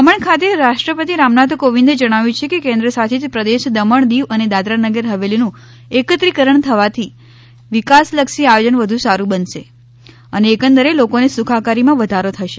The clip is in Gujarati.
દમણ ખાતે રાષ્ટ્રપતિ રામનાથ કોવિન્દે જણાવ્યુ છે કે કેન્દ્રશાસિત પ્રદેશ દમણ દીવ અને દાદરા નગર હવેલીનું એકત્રીકરણ થવાથી વિકાસલક્ષી આયોજન વધુ સાડું બનશે અને એકંદરે લોકો ની સુખાકારી માં વધારો થશે